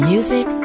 Music